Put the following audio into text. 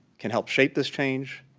can help shape this change,